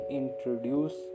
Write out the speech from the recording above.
introduce